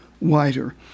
wider